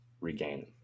regain